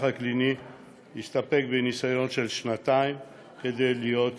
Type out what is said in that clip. הקליני יסתפק בניסיון של שנתיים כדי להיות